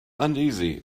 uneasy